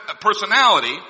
personality